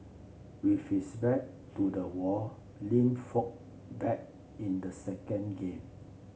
with his back to the wall Lin fought back in the second game